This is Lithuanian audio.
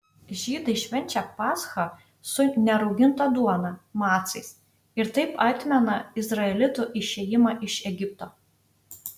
žydai švenčia paschą su nerauginta duona macais ir taip atmena izraelitų išėjimą iš egipto